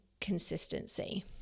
consistency